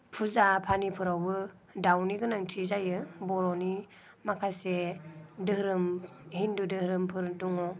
फुजा पानिफ्रावबो दाउनि गोनांथि जायो बर'नि माखासे धोरोम हिन्दु धोरोमफोर दङ